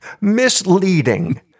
misleading